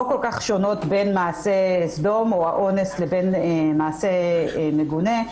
כל-כך שונות בין מעשה סדום או אונס לבין מעשה מגונה,